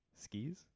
skis